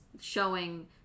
showing